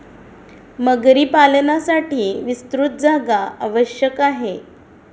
मगरी पालनासाठी विस्तृत जागा आवश्यक आहे